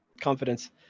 confidence